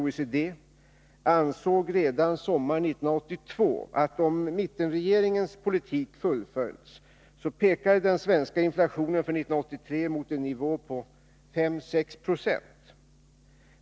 OECD — ansåg redan sommaren 1982, att om mittenregeringens politik skulle fullföljas så pekade utvecklingen när det gäller den svenska inflationen för 1983 mot en nivå på 5-6 Zo.